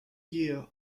year